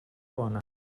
bona